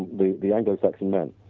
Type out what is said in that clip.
the the anglo-saxon man.